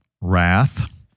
wrath